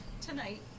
tonight